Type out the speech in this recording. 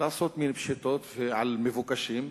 לעשות מין פשיטות על מבוקשים.